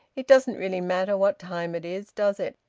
it doesn't really matter what time it is, does it?